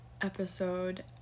episode